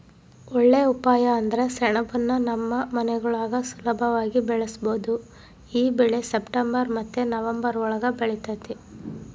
ಒಳ್ಳೇ ಉಪಾಯ ಅಂದ್ರ ಸೆಣಬುನ್ನ ನಮ್ ಮನೆಗುಳಾಗ ಸುಲುಭವಾಗಿ ಬೆಳುಸ್ಬೋದು ಈ ಬೆಳೆ ಸೆಪ್ಟೆಂಬರ್ ಮತ್ತೆ ನವಂಬರ್ ಒಳುಗ ಬೆಳಿತತೆ